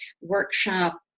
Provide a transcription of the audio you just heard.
workshop